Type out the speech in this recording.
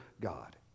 God